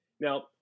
Now